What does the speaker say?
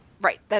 right